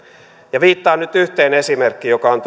viittaan nyt yhteen esimerkkiin joka on